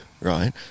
right